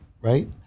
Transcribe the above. right